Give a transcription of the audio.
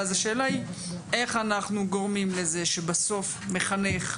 ואז השאלה היא איך אנחנו גורמים לזה שבסוף מחנך,